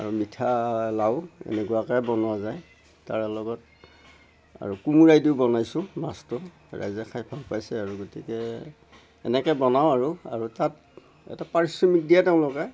আৰু মিঠা লাও এনেকুৱাকৈ বনোৱা যায় তাৰে লগত আৰু কোমোৰাই দিও বনাইছোঁ মাছটো ৰাইজে খাই ভাল পাইছে আৰু গতিকে এনেকৈ বনাওঁ আৰু আৰু তাত এটা পাৰিশ্ৰমিক দিয়ে তেওঁলোকে